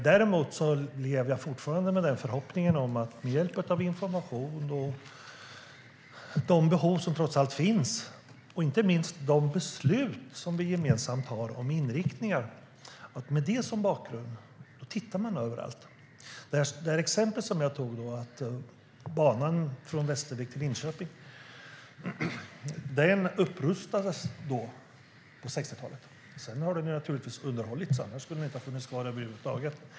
Däremot lever jag fortfarande med den förhoppningen att problem kan lösas med hjälp av information om de behov som finns och inte minst genom de beslut som vi gemensamt fattar om inriktningar. Med detta som bakgrund ser man på helheten. Jag tog upp exemplet med banan från Västervik till Linköping. Den upprustades på 60-talet. Sedan har den naturligtvis underhållits, för annars skulle den inte ha funnits kvar över huvud taget.